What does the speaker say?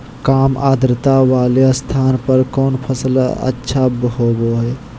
काम आद्रता वाले स्थान पर कौन फसल अच्छा होबो हाई?